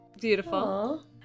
Beautiful